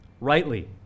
rightly